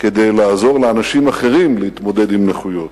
כדי לעזור לאנשים אחרים להתמודד עם נכויות.